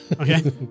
Okay